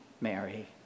Mary